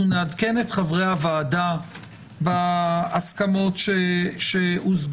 אנחנו נעדכן את חברי הוועדה בהסכמות שהושגו,